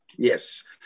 Yes